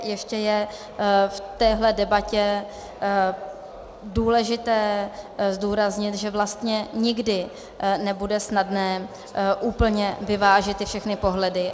Ještě je v téhle debatě důležité zdůraznit, že vlastně nikdy nebude snadné úplně vyvážit ty všechny pohledy.